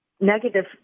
negative